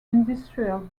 industrial